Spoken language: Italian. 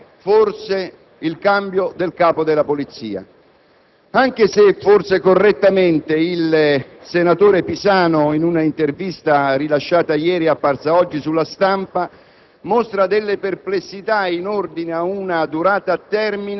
Ma veda, signor Presidente, il problema reale non è forse il cambio del Capo della Polizia, anche se forse correttamente il senatore Pisanu in una intervista rilasciata ieri, e apparsa oggi sulla stampa,